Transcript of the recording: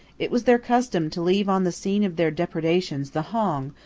it was their custom to leave on the scene of their depredations the hong,